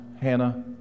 Hannah